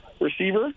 Receiver